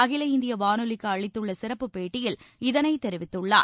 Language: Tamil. அகில இந்திய வானொலிக்கு அளித்தள்ள சிறப்பு பேட்டியில் அவர் இதனைத் தெரிவித்துள்ளார்